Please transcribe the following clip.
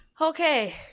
Okay